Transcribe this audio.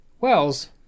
Wells